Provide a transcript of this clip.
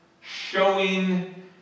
showing